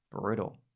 Brutal